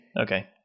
Okay